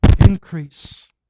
increase